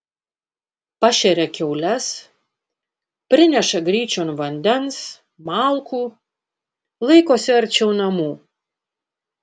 pašeria kiaules prineša gryčion vandens malkų laikosi arčiau namų